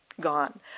gone